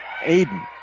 Aiden